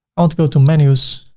i want to go to menus,